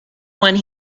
one